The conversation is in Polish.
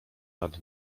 nad